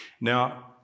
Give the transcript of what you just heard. Now